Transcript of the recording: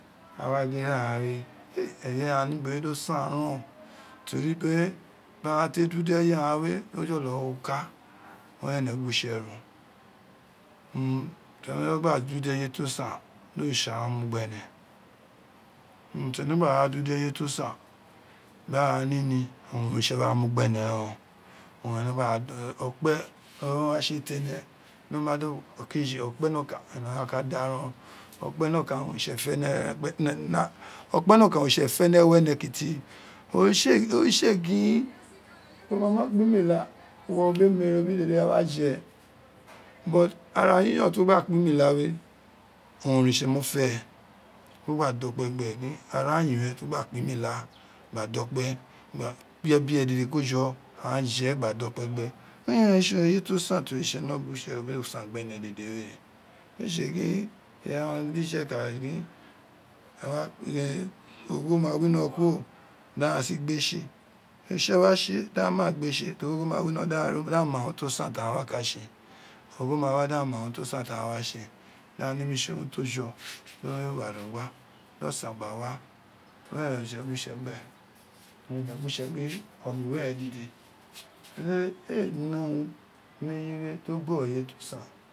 Awa gin ira ghan we tere ghan ubowe di o san ren teri ubowe biri aghan te do udo aghan we e goje wp ukw were ene wo utse ro urun tere gba wa do udo eye to san do nitse wa mu gbe be utun tere wa gba do udo eye to san biri ara nini owab oristae ra mu gbene ren o run okpe owua re wa tse tere ren owun ene gba do okpe owun r wa tse tere okpe nokan owun ene wa ka da ren okpen nokan owun oritse fe newo ene kiti oritse ee gin wo ma mo kpa imila uwo bin omere re ghan re wa je but ara yiyon ti wo gba kpa imiki we owun oritse mo fe ti wo gba dokpe gbe gin ara yon e owun wo gba kpq imila gba dokpi gha kpe ebi re dede ko jo aghan jekpe gba dokpe gbe ighan owun re tse eye ti o san ti oritse no gin gwitse do san gbene dede we ee tse gin aghan gidife ka ogho ma omo kuro daghan si gbe tse oritse wa tse dagha wa gbe tse ogho ma wino daghan mia gbe tse ogho ma wino daghan ma gbe tse ogho ma wino daghan ma urun ti o san taghan wa tse ogho ma wa dangha ka ma urun tosan taghan wa tse dangha nemi tse urun to jo di oye gba re ogha dosen gna wa we were ene gwitse gbe wo ka gwitse gbe omiwere dede neye we ee ne urun ti o bogho irenye tosa.